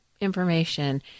information